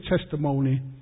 testimony